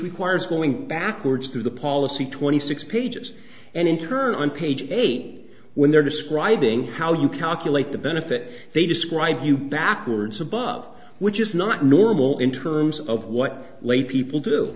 requires going backwards through the policy twenty six pages and in turn on page eight when they're describing how you calculate the benefit they describe you backwards above which is not normal in terms of what lay people do